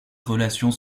relations